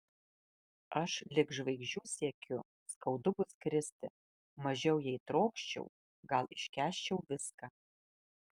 aš lig žvaigždžių siekiu skaudu bus kristi mažiau jei trokščiau gal iškęsčiau viską